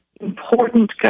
important